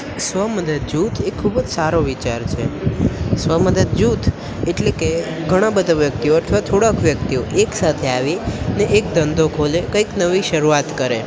સ્વ મદદ જૂથ એ ખુબ જ સારો વિચાર છે સ્વ મદદ જૂથ એટલે કે ઘણાં બધાં વ્યક્તિઓ અથવા થોડાંક વ્યક્તિઓ એકસાથે આવી ને એક ધંધો ખોલે કંઈક નવી શરૂઆત કરે